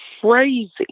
crazy